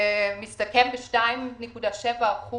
זה מסתכם ב-2.7%